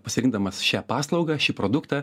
pasirinkdamas šią paslaugą šį produktą